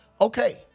okay